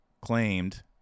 claimed